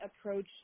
approach